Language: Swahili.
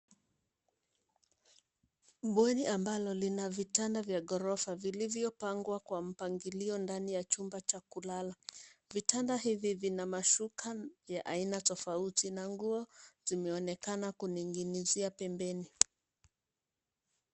Bweni ambalo lina vitanda vya ghorofa vilivyopangwa kwa mpangilio ndani ya chumba kulala. Vitanda hivi vina mashuka ya aina tofauti, na nguo zimeonekana kuning'inizia pembeni.